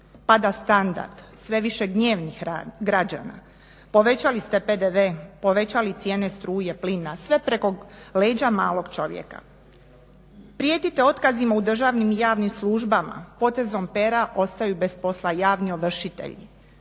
pada standard, sve je više gnjevnih građana, povećali ste PDV, povećali cijene struje, plina, sve preko leđa malog čovjeka. Prijetite otkazima u državnim i javnim službama, potezom pera ostaju bez posla javni ovršitelji,